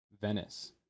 venice